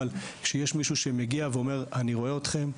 אבל כשיש מישהו שמגיע ואומר אני רואה אתכם,